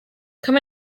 come